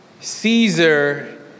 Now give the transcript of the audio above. Caesar